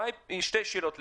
יש לי שתי שאלות.